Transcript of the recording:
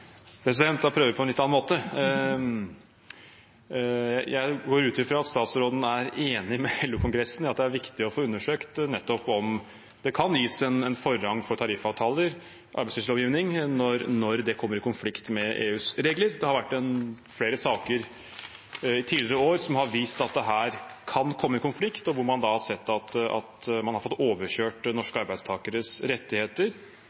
prøver jeg på en litt annen måte. Jeg går ut ifra at statsråden er enig med LO-kongressen i at det er viktig å få undersøkt nettopp om det kan gis en forrang for tariffavtaler og arbeidslivslovgivning når det kommer i konflikt med EUs regler. Det har vært flere saker i tidligere år som har vist at dette kan komme i konflikt, og hvor man da har sett at man har fått overkjørt norske arbeidstakeres rettigheter